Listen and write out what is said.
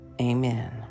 Amen